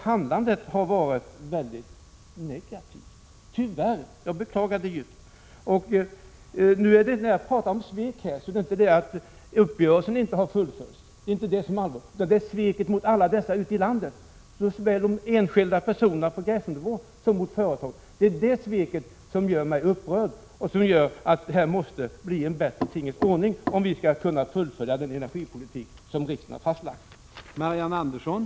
Handlandet har däremot varit negativt. Jag beklagar det djupt. När jag talar om svek menar jag inte i första hand att uppgörelsen inte har fullföljts. Jag talar först om sveket mot alla dessa ute i landet, såväl enskilda personer som företag. Det är det sveket som upprör mig och som gör att det på det här området måste bli en bättre tingens ordning, om vi skall kunna fullfölja den energipolitik som riksdagen har fastlagt.